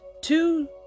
two